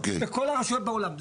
בכל הרשויות בעולם.